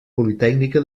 politècnica